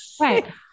Right